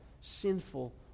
sinful